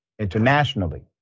internationally